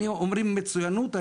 אומרים מצוינות,